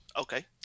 Okay